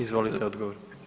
Izvolite odgovor.